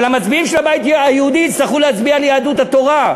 אבל המצביעים של הבית היהודי יצטרכו להצביע ליהדות התורה,